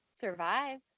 Survive